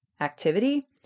activity